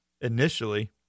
initially